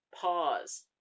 pause